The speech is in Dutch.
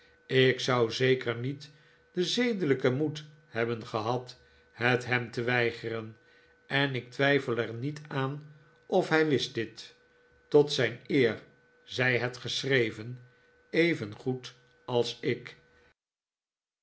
ik zou zeker niet den zedelijken moed hebben gehad het hem te weigeren en ik twijfel er niet aan of hij